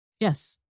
Yes